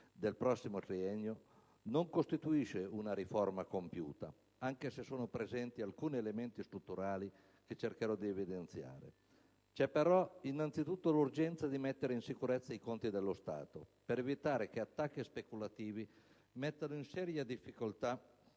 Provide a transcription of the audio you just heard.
del prossimo triennio, non costituisce una riforma compiuta, anche se sono presenti alcuni elementi strutturali che cercherò di evidenziare. C'è però, innanzitutto, l'urgenza di mettere in sicurezza i conti dello Stato per evitare che attacchi speculativi mettano in seria difficoltà